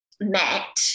met